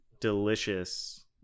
delicious